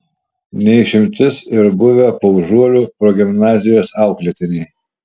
ne išimtis ir buvę paužuolių progimnazijos auklėtiniai